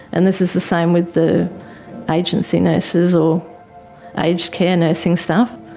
and this is the same with the agency nurses or aged care nursing staff.